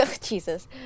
Jesus